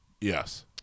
Yes